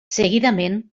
seguidament